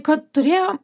kad turėjo